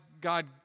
God